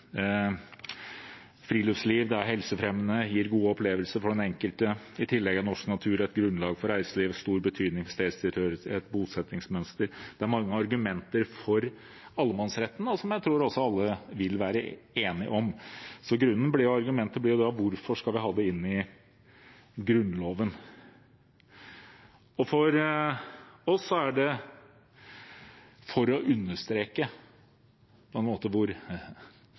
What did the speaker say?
Friluftsliv er helsefremmende og gir gode opplevelser for den enkelte. I tillegg er norsk natur grunnlag for reiseliv og har stor betydning for stedstilhørighet og bosettingsmønster. Det er mange argumenter for allemannsretten som jeg tror alle vil være enige om. Spørsmålet blir da hvorfor vi skal ha det inn i Grunnloven. For oss er det på mange måter for å understreke